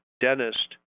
dentist